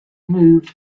removed